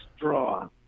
draw